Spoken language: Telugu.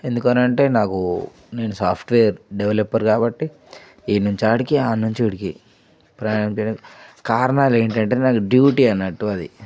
ఎందుకనంటే నాకు నేను సాఫ్ట్వేర్ డెవలప్పర్ కాబట్టి ఇక్కడ్నుంచి అక్కడకి అక్కడ్నుంచి ఇక్కడికి ప్రయాణ చేయడం కారణాలు ఏంటంటే నాకు డ్యూటీ అనట్టు అది